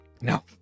No